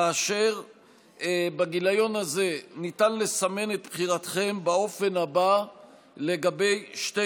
כאשר בגיליון הזה ניתן לסמן את בחירתכם באופן הבא לגבי שתי